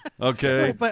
Okay